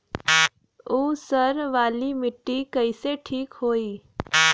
ऊसर वाली मिट्टी कईसे ठीक होई?